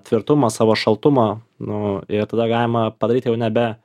tvirtumą savo šaltumą nu ir tada galima padaryt jau nebe